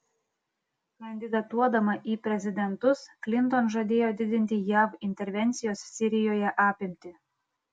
kandidatuodama į prezidentus klinton žadėjo didinti jav intervencijos sirijoje apimtį